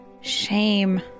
Shame